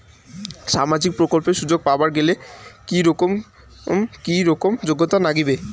সামাজিক প্রকল্পের সুযোগ পাবার গেলে কি রকম কি রকম যোগ্যতা লাগিবে?